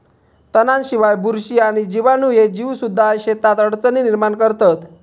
तणांशिवाय, बुरशी आणि जीवाणू ह्ये जीवसुद्धा शेतात अडचणी निर्माण करतत